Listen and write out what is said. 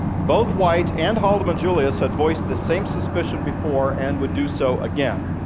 both white and haldeman-julius had voiced the same suspicions before and would do so again.